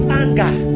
anger